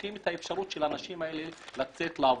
תוקעים את האפשרות של הנשים האלה לצאת לעבודה.